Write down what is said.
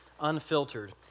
Unfiltered